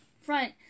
front